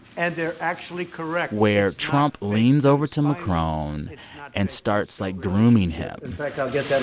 and they're actually correct. where trump leans over to macron and starts, like, grooming him in fact, i'll get that